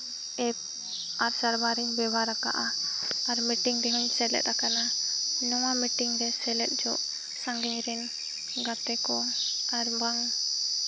app ᱥᱟᱨᱵᱷᱟᱨ ᱤᱧ ᱵᱮᱵᱚᱦᱟᱨ ᱟᱠᱟᱫᱼᱟ ᱟᱨ ᱢᱤᱴᱤᱝ ᱨᱮᱦᱚᱸᱧ ᱥᱮᱞᱮᱫ ᱟᱠᱟᱱᱟ ᱱᱚᱣᱟ ᱢᱤᱴᱤᱝ ᱨᱮ ᱥᱮᱞᱮᱫ ᱡᱚᱦᱚᱜ ᱥᱟᱺᱜᱤᱧ ᱨᱮᱱ ᱜᱟᱛᱮ ᱠᱚ ᱟᱨ ᱵᱟᱝ